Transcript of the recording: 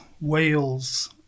Wales